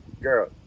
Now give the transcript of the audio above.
girl